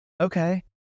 Okay